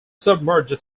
submerged